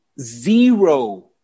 zero